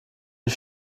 ich